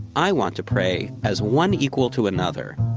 i want to pray as one equal to another.